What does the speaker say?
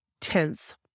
tenth